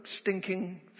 stinking